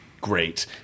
great